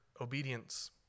obedience